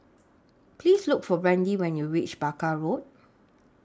Please Look For Brandy when YOU REACH Barker Road